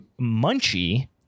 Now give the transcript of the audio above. Munchie